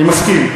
אני מסכים.